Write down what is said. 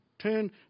turn